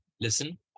listen